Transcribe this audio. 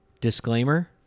Disclaimer